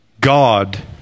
God